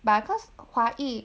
but cause 华裔